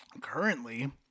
currently